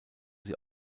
sie